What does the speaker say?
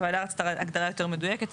הוועדה רצתה הגדרה יותר מדויקת,